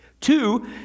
two